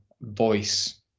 voice